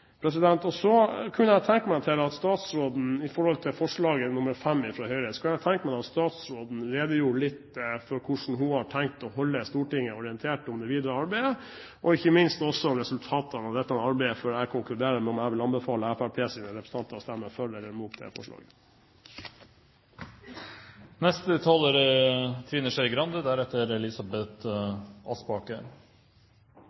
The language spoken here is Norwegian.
Så kunne jeg tenke meg at statsråden – med hensyn til forslag nr. 5 fra Høyre – redegjorde litt for hvordan hun har tenkt å holde Stortinget orientert om det videre arbeidet, og ikke minst for resultatet av dette arbeidet, før jeg konkluderer med om jeg vil anbefale Fremskrittspartiets representanter å stemme for eller imot det forslaget. Jeg mener det er